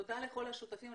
תודה לכל השותפים.